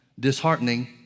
disheartening